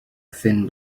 thin